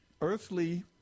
earthly